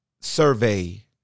survey